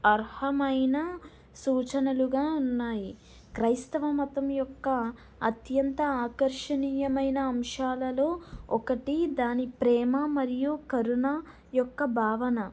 అర్హమైన సూచనలుగా ఉన్నాయి క్రైస్తవ మతం యొక్క అత్యంత ఆకర్షణీయమైన అంశాలలో ఒకటి దాని ప్రేమ మరియు కరుణ యొక్క భావన